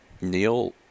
neil